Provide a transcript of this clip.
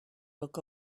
look